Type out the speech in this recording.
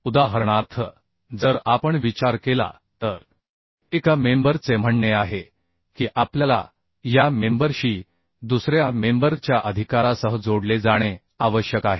उदाहरणार्थ जर आपण विचार केला तरएका मेंबर चे म्हणणे आहे की आपल्याला या मेंबर शी दुसऱ्या मेंबर च्या अधिकारासह जोडले जाणे आवश्यक आहे